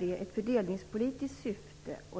i ett fördelningspolitiskt syfte.